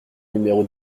numéro